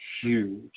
huge